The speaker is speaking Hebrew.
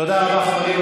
תודה רבה, חברים.